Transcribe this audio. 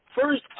first